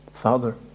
Father